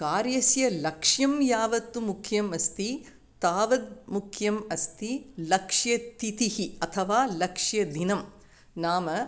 कार्यस्य लक्ष्यं यावत्तु मुख्यम् अस्ति तावत् मुख्यम् अस्ति लक्ष्यतिथिः अथवा लक्ष्यदिनं नाम